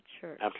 church